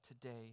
today